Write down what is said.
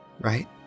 Right